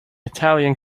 italian